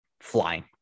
flying